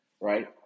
right –